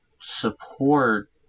support